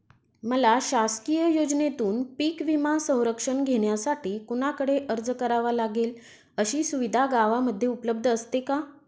मला शासकीय योजनेतून पीक विमा संरक्षण घेण्यासाठी कुणाकडे अर्ज करावा लागेल? अशी सुविधा गावामध्ये उपलब्ध असते का?